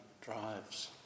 drives